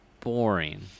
boring